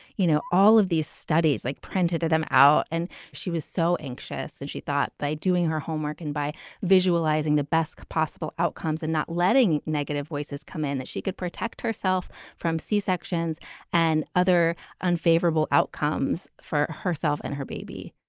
you know, all of these studies, like printed them out. and she was so anxious. and she thought by doing her homework and by visualizing the best possible outcomes and not letting negative voices come in, that she could protect herself from c-sections and other unfavorable outcomes for herself and her baby